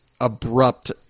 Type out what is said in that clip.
abrupt